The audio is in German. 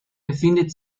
befindet